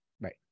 right